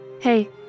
Hey